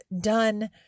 done